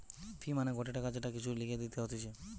ফি মানে গটে টাকা যেটা কিছুর লিগে দিতে হতিছে